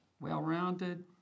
well-rounded